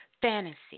fantasy